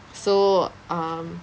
so um